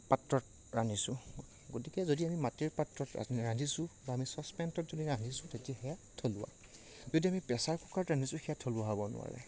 পাত্ৰত ৰান্ধিছোঁ গতিকে যদি আমি মাটিৰ পাত্ৰত ৰান্ধিছোঁ বা আমি ছচপেনত যদি ৰান্ধিছোঁ তেতিয়া সেয়া থলুৱা যদি আমি প্ৰেছাৰ কুকাৰত ৰান্ধিছোঁ সেয়া থলুৱা হ'ব নোৱাৰে